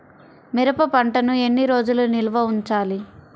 మిరప పంటను ఎన్ని రోజులు నిల్వ ఉంచాలి?